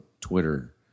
Twitter